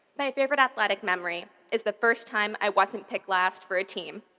my favorite athletic memory is the first time i wasn't picked last for a team.